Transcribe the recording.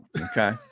Okay